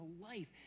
life